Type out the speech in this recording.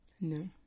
no